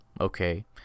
okay